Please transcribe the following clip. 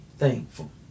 thankful